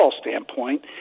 standpoint